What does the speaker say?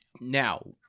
now